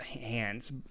hands